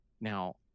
Now